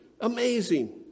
Amazing